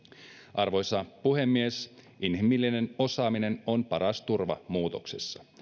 arvoisa puhemies inhimillinen osaaminen on paras turva muutoksessa